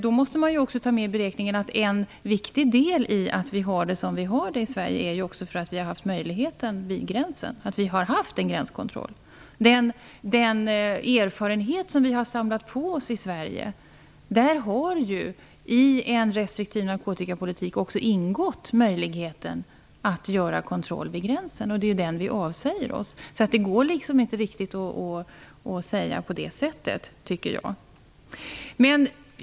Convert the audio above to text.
Då måste man också ta med i beräkningen att en viktig del i det att vi har det som vi har det är att vi har haft en gränskontroll, med den erfarenhet som vi samlat på oss i Sverige. I en restriktiv narkotikapolitik har ingått en möjlighet att göra kontroll vid gränsen, och den avsäger vi oss nu. Då går det inte att säga så som justitieministern.